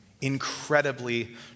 incredibly